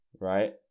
right